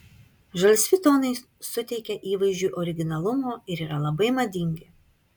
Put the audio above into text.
žalsvi tonai suteikia įvaizdžiui originalumo ir yra labai madingi